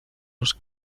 los